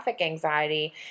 anxiety